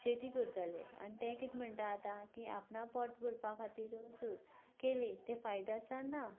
शेती करतले आनी ते कितें म्हणटा आतां की आपणाचें पोट भरपा खातीरूच केली ते फायद्याचें आसा ना